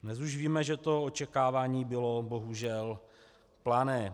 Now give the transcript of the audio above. Dnes už víme, že to očekávání bylo bohužel plané.